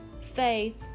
faith